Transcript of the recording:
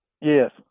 Yes